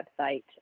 website